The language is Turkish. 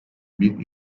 bin